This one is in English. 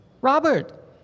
Robert